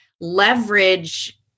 leverage